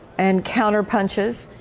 and counter punches.